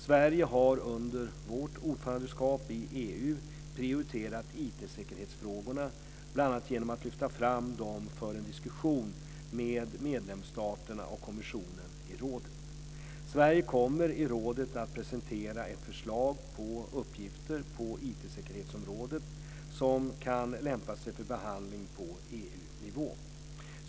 Sverige har under vårt ordförandeskap i EU prioriterat IT-säkerhetsfrågorna, bl.a. genom att lyfta fram dem för en diskussion med medlemsstaterna och kommissionen i rådet. Sverige kommer i rådet att presentera ett förslag på uppgifter på IT säkerhetsområdet som kan lämpa sig för behandling på EU-nivå.